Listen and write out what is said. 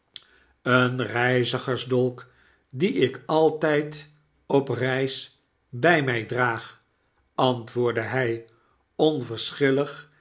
een reizigersdolk dien ik altijd op reis by my draag antwoordde hij